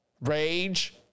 Rage